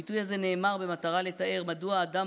הביטוי הזה נאמר במטרה לתאר מדוע האדם